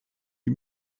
die